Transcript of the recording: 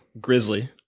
Grizzly